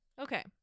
Okay